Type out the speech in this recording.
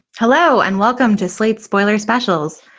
hello and welcome to slate spoiler specials.